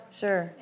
sure